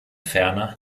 ferner